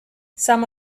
some